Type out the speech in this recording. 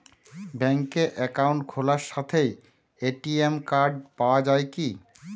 ব্যাঙ্কে অ্যাকাউন্ট খোলার সাথেই এ.টি.এম কার্ড পাওয়া যায় কি?